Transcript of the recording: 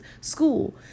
school